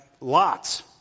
lots